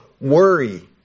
worry